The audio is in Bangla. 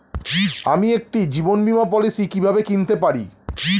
আমি একটি জীবন বীমা পলিসি কিভাবে কিনতে পারি?